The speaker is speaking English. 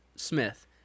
Smith